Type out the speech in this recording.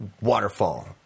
waterfall